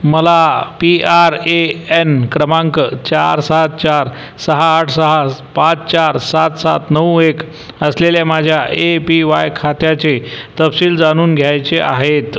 मला P R A N क्रमांक चार सात चार सहा आठ सहा स् पाच चार सात सात नऊ एक असलेल्या माझ्या ए पी वाय खात्याचे तपशील जाणून घ्यायचे आहेत